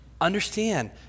Understand